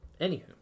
Anywho